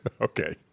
Okay